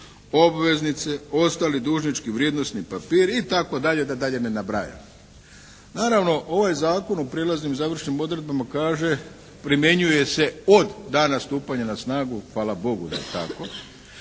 obveznice, ostali dužnički, vrijednosni papiri itd. da dalje ne nabrajam.“ Naravno, ovaj zakon o prijelaznim i završnim odredbama kaže primjenjuje se od dana stupanja na snagu, hvala Bogu da je tako.